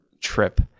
trip